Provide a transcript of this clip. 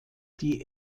die